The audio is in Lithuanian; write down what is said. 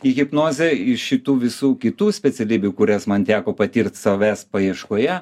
į hipnozę iš šitų visų kitų specialybių kurias man teko patirt savęs paieškoje